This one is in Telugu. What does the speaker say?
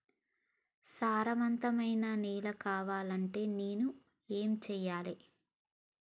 సారవంతమైన నేల కావాలంటే నేను ఏం చెయ్యాలే?